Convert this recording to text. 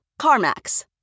CarMax